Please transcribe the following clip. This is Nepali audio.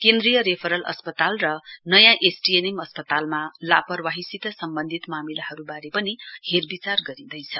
केन्द्रीय रेफरल अस्पताल र नयाँ एसटीएनएम अस्पतालमा लापरवाहीसित सम्बन्धित मामिलाहरूबारे पनि हेरविचार गरिँदैछ